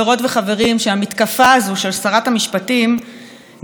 שהמתקפה הזאת של שרת משפטים נגד בג"ץ